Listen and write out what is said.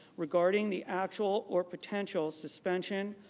regarding the actual or potential suspension,